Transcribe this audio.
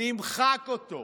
נמחק אותו,